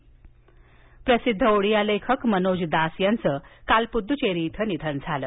निधन प्रसिद्ध ओडिया लेखक मनोज दास यांचं काल पुद्दुचेरी इथं काल निधन झालं